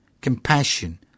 compassion